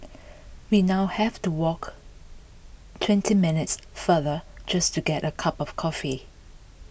we now have to walk twenty minutes farther just to get a cup of coffee